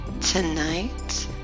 Tonight